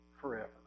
forever